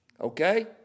Okay